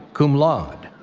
cum laude